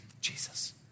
Jesus